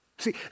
See